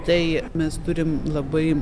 tai mes turim labai